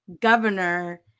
governor